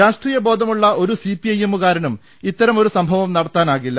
രാ ഷ്ട്രീയ ബോധമുള്ള ഒരു സിപിഐഎമ്മുകാരനും ഇത്തരമൊരു സംഭ വം നടത്താനാകില്ല